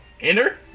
enter